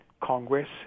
Congress